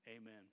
amen